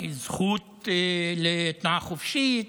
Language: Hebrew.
היא זכות לתנועה חופשית,